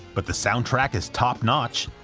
but the soundtrack is top-notch,